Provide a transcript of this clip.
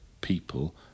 people